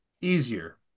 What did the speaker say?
easier